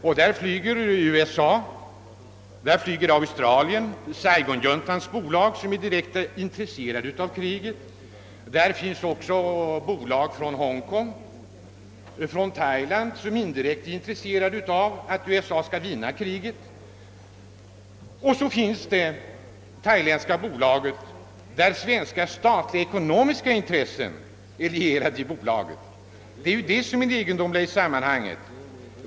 Det finns bolag från USA, Australien och bolag ägda av saigonjuntan — de senare direkt intresserade av kriget — och även bolag från Hongkong och Thailand. De är indirekt intresserade av att USA vinner kriget. Vidare finns det också det thailändska bolaget, där svenska statliga ekonomiska intressen finns med, och det är det som är det egendomliga i sammanhanget.